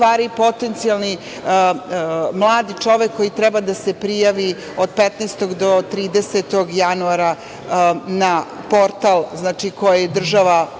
potencijalni mlad čovek koji treba da se prijavi od 15. do 30. januara na portal koji je država